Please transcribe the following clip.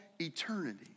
eternity